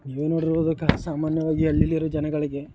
ಏನೇ ರೋಗಕ್ಕೆ ಸಾಮಾನ್ಯವಾಗಿ ಅಲ್ಲಿ ಇರೋ ಜನಗಳಿಗೆ